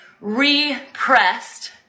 repressed